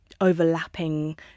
overlapping